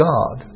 God